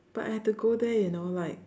but I have to go there you know like